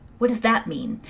what does that mean?